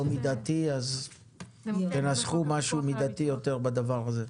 מידתי אז תנסחו משהו מידתי יותר בדבר הזה.